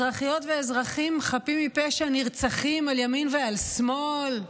אזרחיות ואזרחים חפים מפשע נרצחים על ימין ועל שמאל?